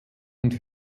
und